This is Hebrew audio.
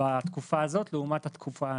בתקופה הזאת לעומת התקופה העתידית.